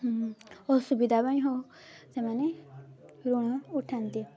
ଅସୁବିଧା ପାଇଁ ହେଉ ସେମାନେ ଋଣ ଉଠାନ୍ତି